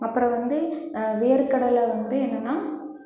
அப்புறம் வந்து வேர்க்கடலை வந்து என்னென்னால்